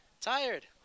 Tired